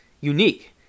unique